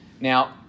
Now